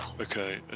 Okay